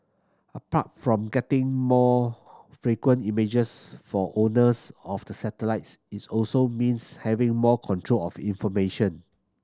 apart from getting more frequent images for owners of the satellites it's also means having more control of information